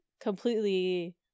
completely